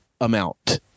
amount